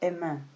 Amen